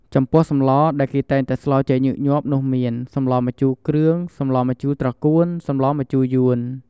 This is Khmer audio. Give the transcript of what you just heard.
ចំពោះសម្លដែលគេតែងតែស្លជាញឹកញាប់នោះមាន សម្លម្ជូរគ្រឿង សម្លម្ជូរត្រកួន សម្លម្ជូរយួន។